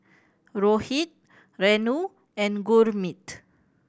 Rohit Renu and Gurmeet